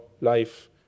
life